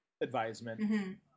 advisement